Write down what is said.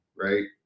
right